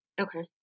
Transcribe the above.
Okay